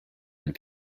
had